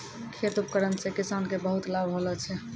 खेत उपकरण से किसान के बहुत लाभ होलो छै